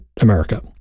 America